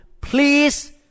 please